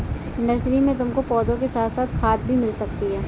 nursery में तुमको पौधों के साथ साथ खाद भी मिल सकती है